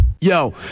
Yo